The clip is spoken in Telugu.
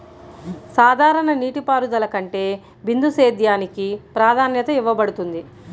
సాధారణ నీటిపారుదల కంటే బిందు సేద్యానికి ప్రాధాన్యత ఇవ్వబడుతుంది